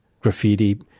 graffiti